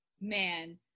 man